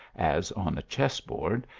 as on a chess-board,